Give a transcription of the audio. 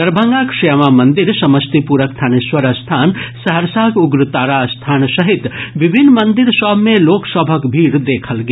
दरभंगाक श्यामा मंदिर समस्तीपुरक थानेश्वर स्थान सहरसाक उग्रतारा स्थान सहित विभिन्न मंदिर सभ मे लोक सभक भीड़ देखल गेल